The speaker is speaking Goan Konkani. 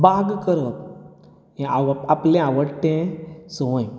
बाग करप हें आवं आपलें आवडटें संवय